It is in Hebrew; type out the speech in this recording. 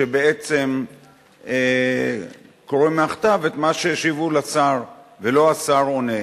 שבעצם קורא מהכתב את מה שהשיבו לשר ולא השר עונה.